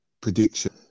prediction